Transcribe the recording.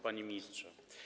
Panie Ministrze!